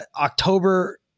October